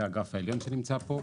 זה הגרף העליון שנמצא פה,